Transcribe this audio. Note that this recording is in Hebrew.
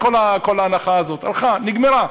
כבר הלכה לעזאזל, כל ההנחה הזאת הלכה, נגמרה.